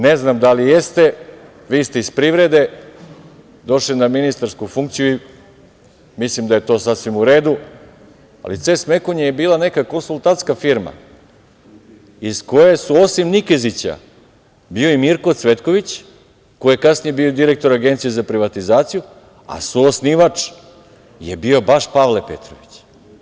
Ne znam da li jeste, vi ste iz privrede došli na ministarsku funkciju i mislim da je to sasvim u redu, ali „Ces Mekon“ je bila neka konsultantska firma iz koje su osim Nikezića, bio je i Mirko Cvetković, koji je kasnije bio direktor Agencije za privatizaciju, a suosnivač je bio baš Pavle Petrović.